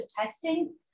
testing